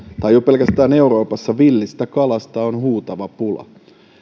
tai jo pelkästään euroopassa villistä kalasta on huutava pula